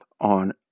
on